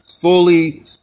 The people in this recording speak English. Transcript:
Fully